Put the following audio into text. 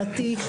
דתי,